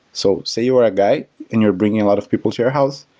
so say you are a guy and you're bringing a lot of people to your house,